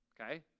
Okay